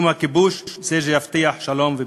סיום הכיבוש הוא זה שיבטיח שלום וביטחון.